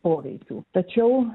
poveikių tačiau